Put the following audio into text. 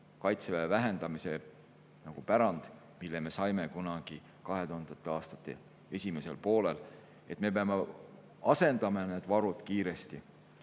kaitseväe vähendamise pärand, mille me saime kunagi 2000. aastate esimesel poolel. Me peame need varud kiiresti